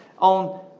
on